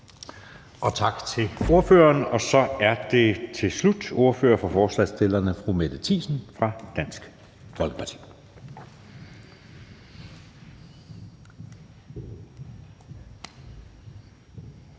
Tak til ordføreren. Og så er det til slut ordføreren for forslagsstillerne, fru Mette Thiesen fra Dansk Folkeparti.